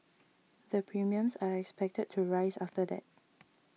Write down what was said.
the premiums are expected to rise after that